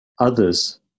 others